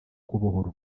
kubohora